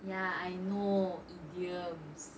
ya I know idioms